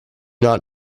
not